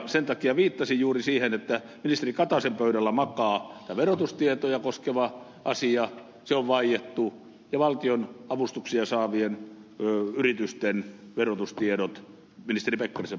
sen takia viittasin juuri siihen että ministeri kataisen pöydällä makaa verotustietoja koskeva asia se on vaiettu ja valtionavustuksia saavien yritysten verotustiedot ministeri pekkarisen pöydällä